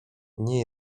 nie